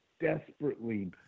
desperately